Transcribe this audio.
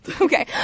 Okay